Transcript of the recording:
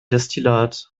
destillat